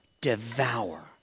devour